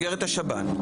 במסגרת השב"ן.